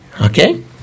okay